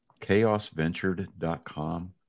chaosventured.com